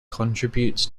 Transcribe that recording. contributes